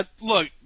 Look